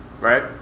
right